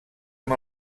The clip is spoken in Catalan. amb